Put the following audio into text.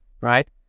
right